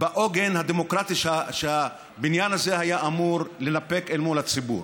בעוגן הדמוקרטי שהבניין הזה היה אמור לנפק אל מול הציבור.